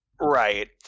Right